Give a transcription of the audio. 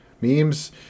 Memes